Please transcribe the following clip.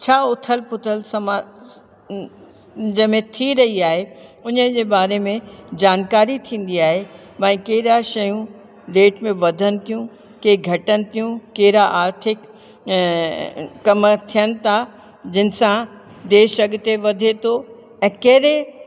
छा उथल पुथल समा जंहिं में थी रही आहे हुनजे बारे में जानकारी थींदी आहे भाई कहिड़ा शयूं रेट में वधनि थियूं कंहिं घटनि थियूं कहिड़ा आर्थिक कमु थियनि था जिनि सां देश अॻिते वधे थो ऐं कहिड़े